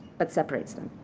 but separates them.